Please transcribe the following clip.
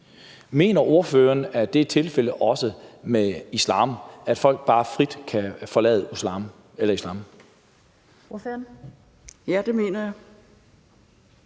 Mener ordføreren, at det også er tilfældet med islam, altså at folk bare frit kan forlade islam? Kl. 13:28 Den fg.